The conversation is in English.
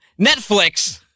Netflix